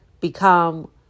become